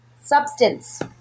substance